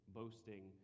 boasting